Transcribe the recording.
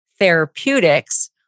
Therapeutics